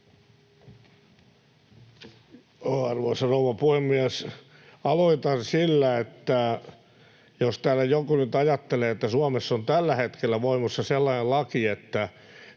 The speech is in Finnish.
Arvoisa rouva puhemies! Aloitan sillä, että jos täällä joku nyt ajattelee, että Suomessa on tällä hetkellä voimassa sellainen laki, että